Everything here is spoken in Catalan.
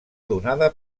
donada